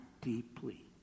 deeply